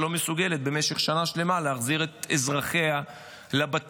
שלא מסוגלת במשך שנה שלמה להחזיר את אזרחיה לבתים,